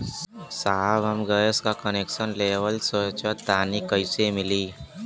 साहब हम गैस का कनेक्सन लेवल सोंचतानी कइसे मिली?